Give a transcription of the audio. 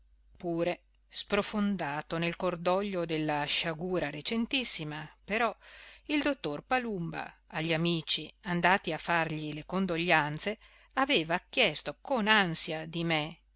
pure sprofondato nel cordoglio della sciagura recentissima però il dottor palumba agli amici andati a fargli le condoglianze aveva chiesto con ansia di me